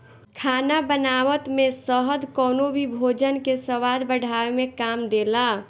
खाना बनावत में शहद कवनो भी भोजन के स्वाद बढ़ावे में काम देला